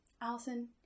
Allison